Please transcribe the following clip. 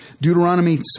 Deuteronomy